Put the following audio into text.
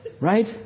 Right